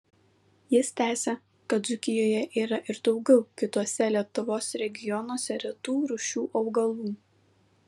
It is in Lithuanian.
jis tęsia kad dzūkijoje yra ir daugiau kituose lietuvos regionuose retų rūšių augalų